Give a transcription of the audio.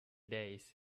days